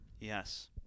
Yes